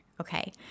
okay